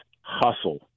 Hustle